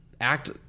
act